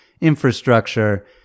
infrastructure